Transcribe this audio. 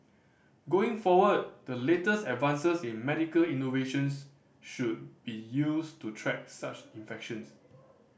going forward the latest advances in medical innovations should be used to track such infections